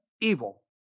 evil